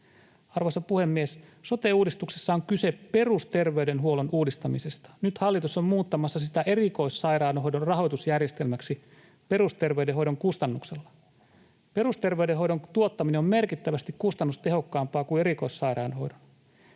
Arvoisa puhemies! Sote-uudistuksessa on kyse perusterveydenhuollon uudistamisesta. Nyt hallitus on muuttamassa sitä erikoissairaanhoidon rahoitusjärjestelmäksi perusterveydenhoidon kustannuksella. Perusterveydenhoidon tuottaminen on merkittävästi kustannustehokkaampaa kuin erikoissairaanhoidon.